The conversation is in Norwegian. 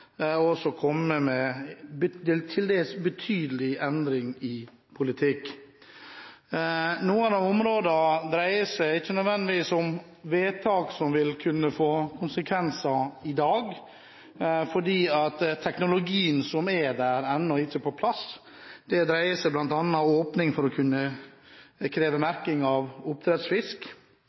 har også kommet med en til dels betydelig endring i politikk. Noen av områdene dreier seg ikke nødvendigvis om vedtak som vil kunne få konsekvenser i dag, fordi teknologien ennå ikke er på plass. Det dreier seg bl.a. om åpning for å kunne kreve merking av